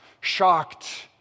shocked